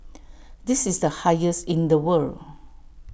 this is the highest in the world